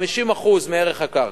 50% מערך הקרקע,